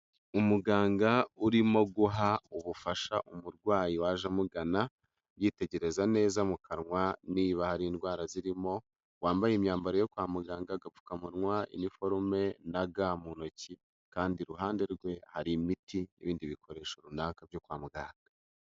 Umuganga urimo guha ubufasha umurwayi waje amugana, yitegereza neza mu kanwa niba hari indwara zirimo, wambaye imyambaro yo kwa muganga agapfukamunwa, iniforume na ga mu ntoki, kandi iruhande rwe hari imiti n'ibindi bikoresho runaka byo kwa muganga.